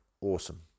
awesome